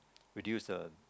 reduce the